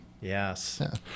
Yes